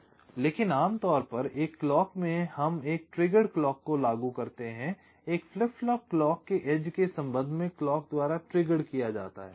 लेकिन आम तौर पर एक क्लॉक में हम एक ट्रिगर्ड क्लॉक को लागू करते हैं एक फ्लिप फ्लॉप क्लॉक के एज के सम्बन्ध में क्लॉक द्वारा ट्रिगर्ड किया जाता है